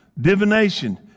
divination